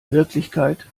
wirklichkeit